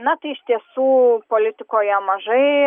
na tai iš tiesų politikoje mažai